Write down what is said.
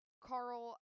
Carl